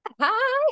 Hi